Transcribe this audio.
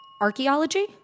Archaeology